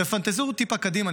תפנטזו טיפה קדימה,